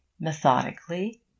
methodically